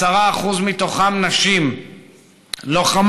10% מתוכם נשים לוחמות,